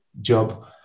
job